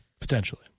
potentially